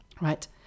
right